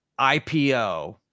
IPO